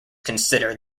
consider